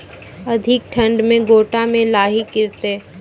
अधिक ठंड मे गोटा मे लाही गिरते?